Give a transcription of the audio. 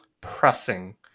pressing